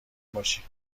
باشی